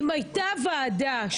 אף אחד